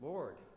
Lord